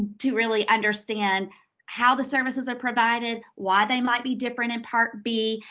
to really understand how the services are provided, why they might be different in part b.